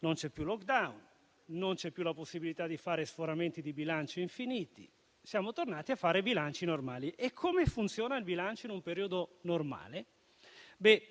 non c'è più *lockdown*, non c'è più la possibilità di fare sforamenti di bilancio infiniti, siamo tornati a fare bilanci normali. E come funziona il bilancio in un periodo normale? Beh,